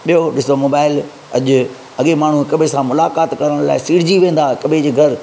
ॿियो ॾिसो मोबाइल अॼु अॻें माण्हू हिक ॿिए सां मुलाक़ात करण लाइ सिड़जी वेंदा हिक ॿिए जे घरु